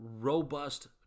robust